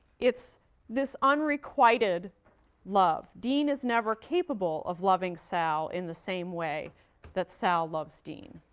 it's this unrequited love dean is never capable of loving sal in the same way that sal loves dean.